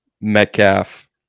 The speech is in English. Metcalf